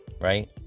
right